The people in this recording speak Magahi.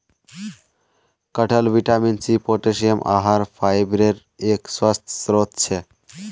कटहल विटामिन सी, पोटेशियम, आहार फाइबरेर एक स्वस्थ स्रोत छे